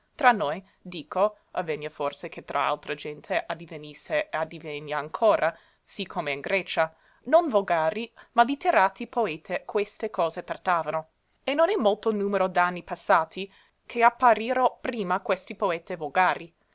tra noi dico avvegna forse che tra altra gente addivenisse e addivegna ancora sì come in grecia non volgari ma litterati poete queste cose trattavano e non è molto numero d'anni passati che appariro prima questi poete volgari